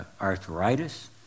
arthritis